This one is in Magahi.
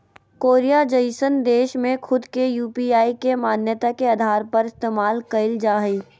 कोरिया जइसन देश में खुद के यू.पी.आई के मान्यता के आधार पर इस्तेमाल कईल जा हइ